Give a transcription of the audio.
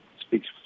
speaks